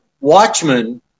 Watchmen